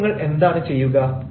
അപ്പോൾ നിങ്ങൾ എന്താണ് ചെയ്യുക